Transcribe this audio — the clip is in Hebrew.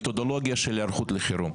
מתודולוגיה של היערכות לחירום.